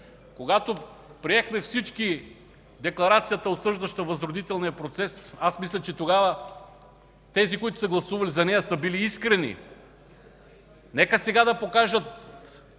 Когато приехме всички декларацията, осъждаща възродителния процес, мисля, че тогава тези, които са гласували за нея, са били искрени. Нека сега да покажат